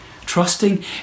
Trusting